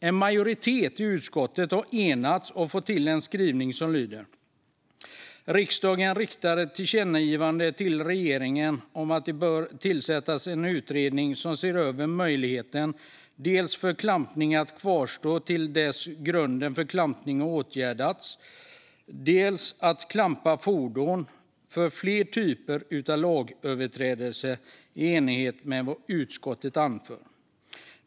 En majoritet av utskottet har enats och fått till en skrivning som lyder: "Riksdagen riktar ett tillkännagivande till regeringen om att den bör tillsätta en utredning som ser över möjligheten dels för klampning att kvarstå till dess att grunden för klampningen har åtgärdats, dels att klampa fordon för fler typer av lagöverträdelser i enlighet med vad utskottet anför.